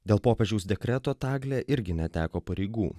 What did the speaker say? dėl popiežiaus dekreto tagle irgi neteko pareigų